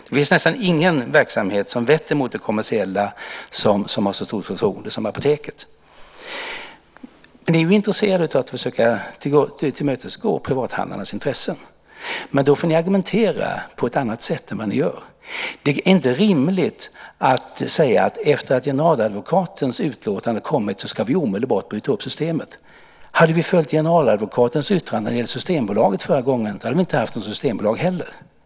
Det finns nästan ingen verksamhet som vetter mot det kommersiella som har så stort förtroende som Apoteket. Ni är intresserade av att försöka tillmötesgå privathandlarnas intressen. Men då får ni argumentera på ett annat sätt än vad ni gör. Det är inte rimligt att säga att efter generaladvokatens utlåtande kommit så ska vi omedelbart bryta upp systemet. Hade vi följt generaladvokatens yttranden över Systembolaget förra gången hade vi inte heller haft något Systembolag.